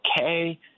okay